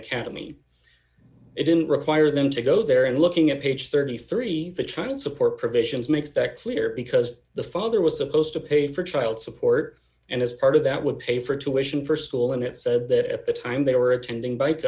academy it didn't require them to go there and looking at page thirty three dollars for trying to support provisions make specked lear because the father was supposed to pay for child support and as part of that would pay for tuition for school and it said d that at the time they were attending bike